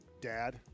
dad